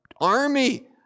army